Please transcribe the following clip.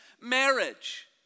marriage